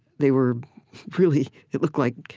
they were really, it looked like,